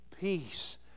peace